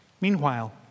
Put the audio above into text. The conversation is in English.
Meanwhile